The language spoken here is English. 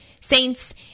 saints